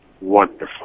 wonderful